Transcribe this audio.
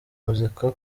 muzika